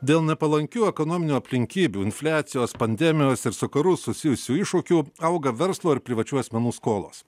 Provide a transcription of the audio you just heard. dėl nepalankių ekonominių aplinkybių infliacijos pandemijos ir su karu susijusių iššūkių auga verslo ir privačių asmenų skolos